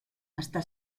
està